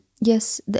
Yes